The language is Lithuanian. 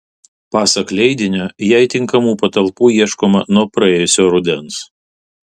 pasak leidinio jai tinkamų patalpų ieškoma nuo praėjusio rudens